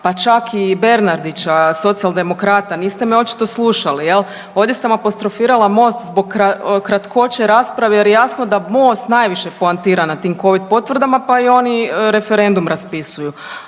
pa čak i Bernardića, socijaldemokrata, niste me očito slušali, je l'? ovdje sam apostrofirala Most zbog kratkoće rasprave jer jasno da Most najviše poantira na tim Covid potvrdama pa i oni referendum raspisuju.